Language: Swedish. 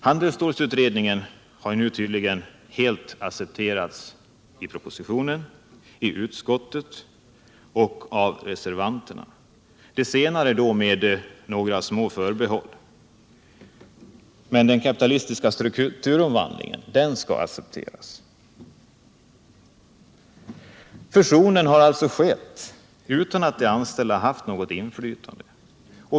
Handelsstålsutredningen har nu tydligen helt accepterats i propositionen, i utskottet och av reservanterna — av de senare med vissa små förbehåll. Men den kapitalistiska strukturomvandlingen, den skall accepteras. Fusionen har skett utan att de anställda haft något inflytande.